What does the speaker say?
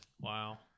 Wow